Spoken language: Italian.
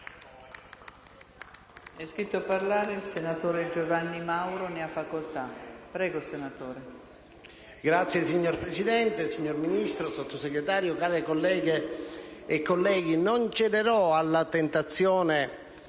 IdV))*. Signora Presidente, signora Ministro, signor Sottosegretario, cari colleghe e colleghi, non cederò alla tentazione